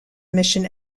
mission